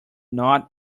not